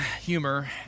humor